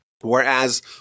Whereas